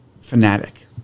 fanatic